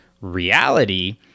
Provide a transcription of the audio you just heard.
reality